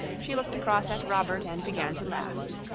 she looked across at robert and began to laugh.